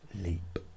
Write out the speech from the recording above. leap